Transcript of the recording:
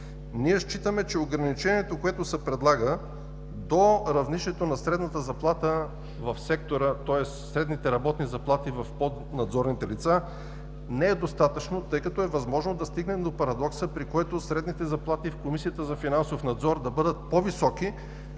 Ние считаме, че ограничението, което се предлага за равнището на средната заплата в сектора, тоест средните работни заплати на надзорните лица не са достатъчни, тъй като е възможно да стигнем до парадокса, при който средните работни заплати в Комисията